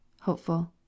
Hopeful